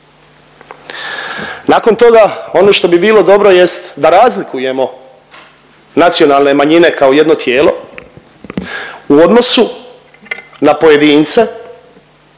Nakon toga ono što bi bilo dobro jest da razlikujemo nacionalne manjine kao jedno tijelo u odnosu na pojedince